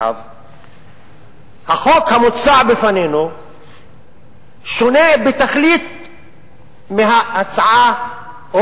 החוק המוצע בפנינו שונה בתכלית מההצעה או